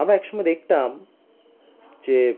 আমরা এক সময় দেখতাম যে